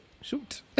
Shoot